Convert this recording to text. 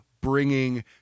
bringing